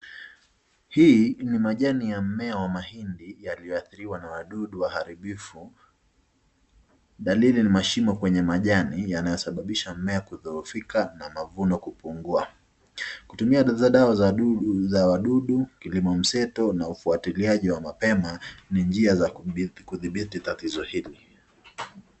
Hii ni majani ya mmea wa mahindi yaliyoadhiriwa na wadudu waharibifu. Dalili ni mashimo kwenye majani yanayosababisha mmea kudhoofika na mavuno kupungua. Kutumia dawa za wadudu , kilimo mseto na ufuatiliaji wa mapema ni njia ya kudhibiti tatizo hili